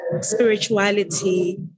spirituality